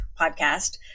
podcast